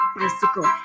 bicycle